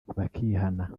bakihana